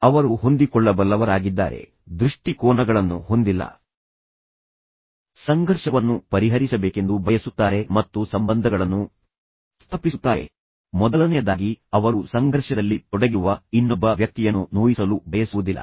ಅವರು ಹೊಂದಿಕೊಳ್ಳಬಲ್ಲವರಾಗಿದ್ದಾರೆ ಅವರು ದೃಢವಾಗಿಲ್ಲ ಅವರು ತಮ್ಮ ದೃಷ್ಟಿಕೋನಗಳನ್ನು ಹೊಂದಿಲ್ಲ ಅವರು ಸಹಕಾರಿಯಾಗಿದ್ದಾರೆ ಅವರು ಮೊದಲು ಸಂಘರ್ಷವನ್ನು ಪರಿಹರಿಸಬೇಕೆಂದು ಬಯಸುತ್ತಾರೆ ಮತ್ತು ಅವರು ಸಂಬಂಧಗಳನ್ನು ಸ್ಥಾಪಿಸುತ್ತಾರೆ ಮೊದಲನೆಯದಾಗಿ ಅವರು ಸಂಘರ್ಷದಲ್ಲಿ ತೊಡಗಿರುವ ಇನ್ನೊಬ್ಬ ವ್ಯಕ್ತಿಯನ್ನು ನೋಯಿಸಲು ಬಯಸುವುದಿಲ್ಲ